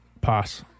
Pass